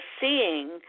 seeing